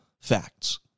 facts